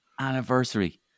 anniversary